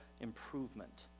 improvement